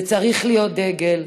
וצריך להיות דגל,